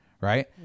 right